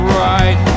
right